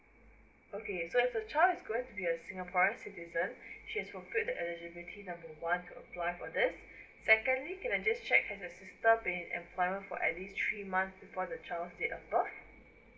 okay so as the child is going to be a singaporean citizen she has fulfilled the eligibility number one to apply for this secondly can I just check has your sister been in employment for at least three month before the child's date of birth